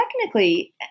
technically